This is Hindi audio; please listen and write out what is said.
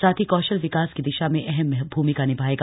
साथ ही कौशल विकास की दिशा में अहम भूमिका निभायेगा